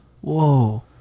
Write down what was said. Whoa